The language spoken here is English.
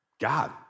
God